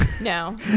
No